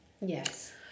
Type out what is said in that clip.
Yes